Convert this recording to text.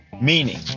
meaning